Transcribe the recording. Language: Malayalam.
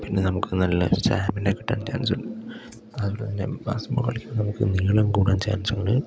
പിന്നെ നമുക്ക് നല്ല സ്റ്റാമിന കിട്ടാൻ ചാൻസുണ്ട് അതുപോലെ തന്നെ പാസ് ബാൾ കളിക്കുമ്പോൾ നമുക്ക് നീളം കൂടാൻ ചാൻസുണ്ട്